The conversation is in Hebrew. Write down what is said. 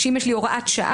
שאם יש לי הוראת שעה,